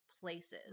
places